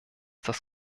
das